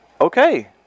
okay